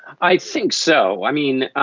i think so. i mean,